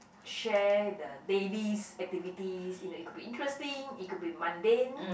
share the dailies activities you know it could be interesting it could be mundane